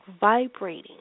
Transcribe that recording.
vibrating